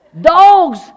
Dogs